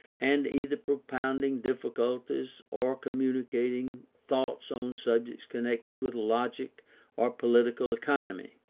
and either propounding difficulties or communicating thoughts on subjects connected with logic or political economy.